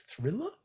thriller